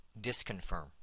disconfirm